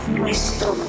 nuestro